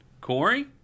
Corey